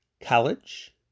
college